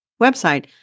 website